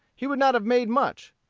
he would not have made much.